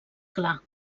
clar